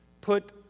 put